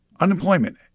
Unemployment